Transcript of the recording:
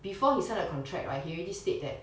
before he signed the contract right he already state that